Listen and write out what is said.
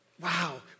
wow